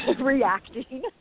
reacting